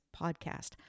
podcast